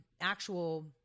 actual